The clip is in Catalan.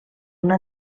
una